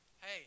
hey